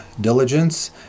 diligence